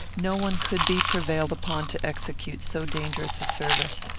no one could be prevailed upon to execute so dangerous a service.